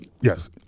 Yes